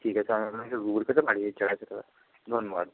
ঠিক আছে আমি আপনাকে গুগল পেতে পাঠিয়ে দিচ্ছি আড়াইশো টাকা ধন্যবাদ